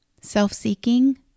self-seeking